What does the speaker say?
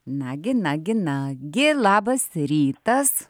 nagi nagi nagi labas rytas